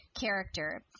character